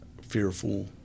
fearful